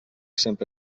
sempre